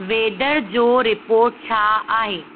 weather जो report छा आहे